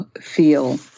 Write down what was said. feel